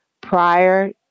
prior